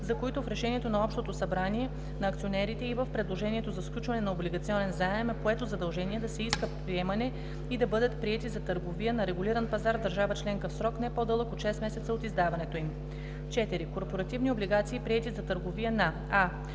за които в решението на общото събрание на акционерите и в предложението за сключване на облигационен заем е поето задължение да се иска приемане и да бъдат приети за търговия на регулиран пазар в държава членка в срок, не по-дълъг от 6 месеца от издаването им; 4. корпоративни облигации, приети за търговия на: